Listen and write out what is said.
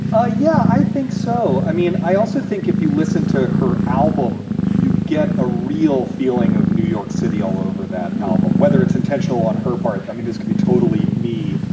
ah yeah, i think so. i mean, i also think if you listen to her album, you get a real feeling of new york city all over that album, whether it's intentional on her part. i mean, this could be totally me,